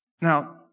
Now